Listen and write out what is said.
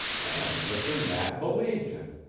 and mr. knapp believed him.